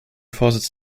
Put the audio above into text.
vorsitz